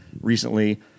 recently